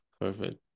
Perfect